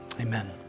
Amen